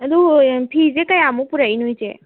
ꯑꯗꯣ ꯐꯤꯁꯦ ꯀꯌꯥꯃꯨꯛ ꯄꯨꯔꯛꯏꯅꯣ ꯏꯆꯦ